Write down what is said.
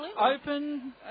open